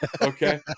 okay